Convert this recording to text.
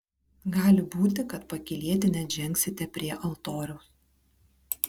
gali būti kad pakylėti net žengsite prie altoriaus